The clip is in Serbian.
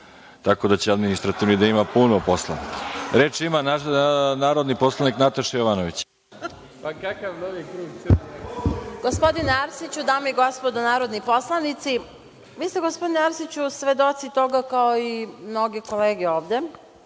tako da će Administrativni odbor da ima puno posla. Reč ima narodni poslanik Nataša Jovanović. **Nataša Jovanović** Gospodine Arsiću, dame i gospodo narodni poslanici, mi smo gospodine Arsiću svedoci toga kao i mnoge kolege ovde